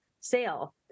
sale